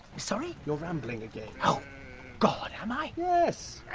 sorry? you're rambling again. oh god, am i? yes.